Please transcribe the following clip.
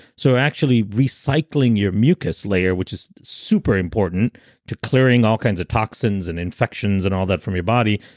so actually recycling your mucus layer, which is super important to clearing all kinds of toxins and infections and all that from your body,